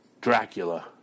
Dracula